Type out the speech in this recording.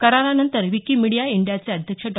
करारानंतर विकिमिडीया इंडियाचे अध्यक्ष डॉ